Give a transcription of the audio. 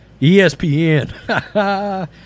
ESPN